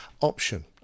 option